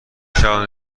شبانه